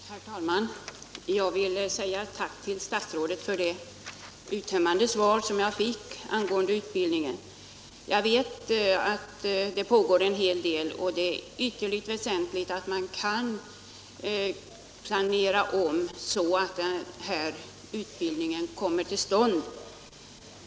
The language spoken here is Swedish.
Herr talman! Jag vill säga tack till statsrådet för det uttömmande svar som jag fått angående utbildningen. Jag vet att det pågår en hel del. Och det är ytterligt väsentligt att man kan planera så att den här utbildningen kommer till stånd.